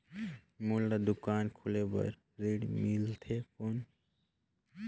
मोला दुकान खोले बार ऋण मिलथे कौन?